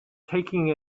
taking